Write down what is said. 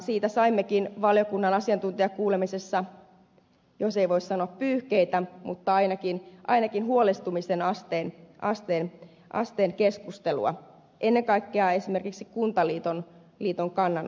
siitä saimmekin valiokunnan asiantuntijakuulemisessa jos ei voi sanoa pyyhkeitä niin ainakin huolestumisen asteen keskustelua ennen kaikkea esimerkiksi kuntaliiton kannanotossa